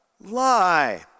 Lie